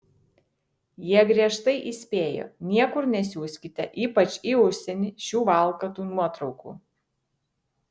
jie griežtai įspėjo niekur nesiųskite ypač į užsienį šių valkatų nuotraukų